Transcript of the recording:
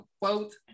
quote